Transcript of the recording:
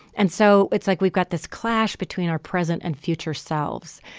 and so it's like we've got this clash between our present and future selves.